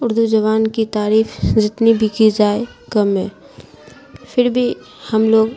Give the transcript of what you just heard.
اردو زبان کی تعریف جتنی بھی کی جائے کم ہے پھر بھی ہم لوگ